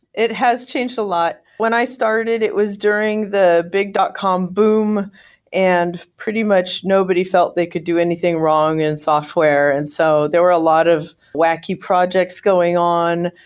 it has changed a lot. when i started, it was during the big dot com boom and pretty much nobody felt they could do anything wrong in software. and so there were a lot of wacky projects going on,